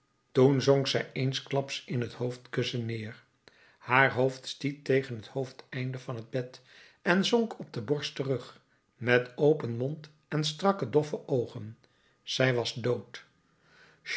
toen zonk zij eensklaps in het hoofdkussen neer haar hoofd stiet tegen het hoofdeinde van het bed en zonk op de borst terug met open mond en strakke doffe oogen zij was dood